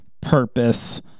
purpose